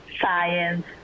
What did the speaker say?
science